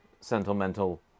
sentimental